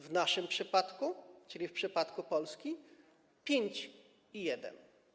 W naszym przypadku, czyli w przypadku Polski - 5,1.